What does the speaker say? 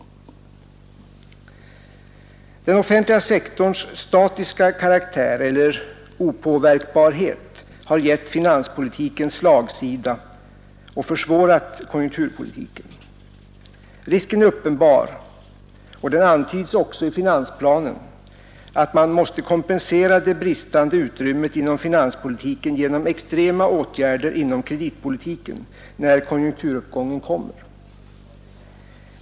Den offentliga sektorns statiska karaktär, eller opåverkbarhet, har gett finanspolitiken slagsida och försvårat konjunkturpolitiken. Risken är uppenbar, och den antyds också i finansplanen, att man måste kompensera det bristande utrymmet inom finanspolitiken genom extrema åtgärder inom kreditpolitiken när konjunkturuppgången kommer.